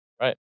Right